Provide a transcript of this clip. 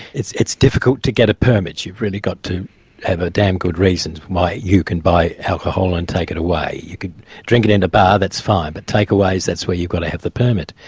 it's it's difficult to get a permit, you've really got to have a damn good reason why you can buy alcohol and take it away. you could drink it in the bar, that's fine, but take-aways, that's where you've got to have the permit.